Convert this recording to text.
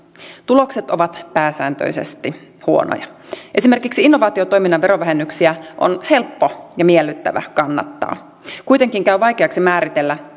tulokset ovat pääsääntöisesti huonoja esimerkiksi innovaatiotoiminnan verovähennyksiä on helppo ja miellyttävä kannattaa kuitenkin käy vaikeaksi määritellä